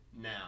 now